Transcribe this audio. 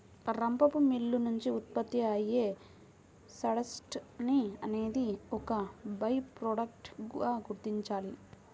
రంపపు మిల్లు నుంచి ఉత్పత్తి అయ్యే సాడస్ట్ ని అనేది ఒక బై ప్రొడక్ట్ గా గుర్తించాలి